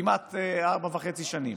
כמעט ארבע וחצי שנים.